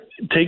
take